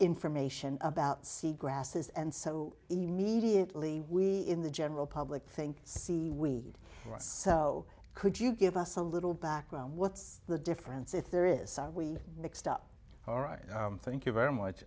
information about sea grasses and so immediately we in the general public think seaweed so could you give us a little background what's the difference if there is we mixed up all right thank you very much